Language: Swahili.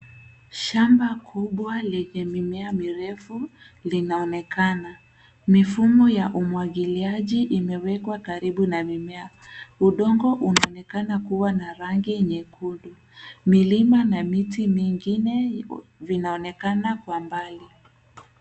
Shamba kubwa lenye mimea mirefu linaonekana. Mifumo ya umwagiliaji imewekwa karibu na mimea. Udongo unaonekana kuwa na rangi nyekundu. Milima na miti mingine vinaonekana kwa mbali.